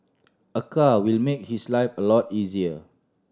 a car will make his life a lot easier